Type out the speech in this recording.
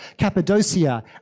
Cappadocia